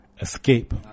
Escape